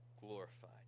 glorified